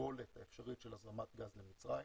הקיבולת האפשרית של הזרמת גז למצרים.